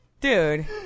Dude